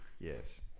Yes